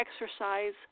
exercise